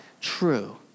True